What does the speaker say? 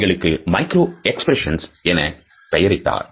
அவைகளுக்கு micro expressions என பெயரிட்டனர்